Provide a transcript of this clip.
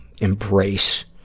embrace